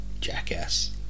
jackass